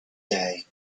day